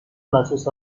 classes